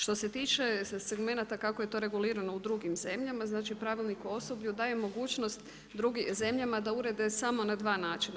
Što se tiče segmenata kako je to regulirano u drugim zemljama, znači Pravilnik o osoblju daje mogućnost zemljama da urede samo na dva načina.